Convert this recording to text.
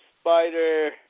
spider